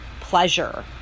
pleasure